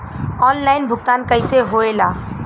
Online भुगतान कैसे होए ला?